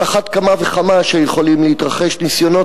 על אחת כמה וכמה שיכולים להתרחש ניסיונות